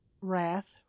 wrath